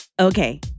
Okay